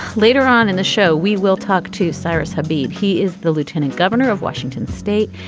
later on in the show we will talk to cyrus habeeb he is the lieutenant governor of washington state.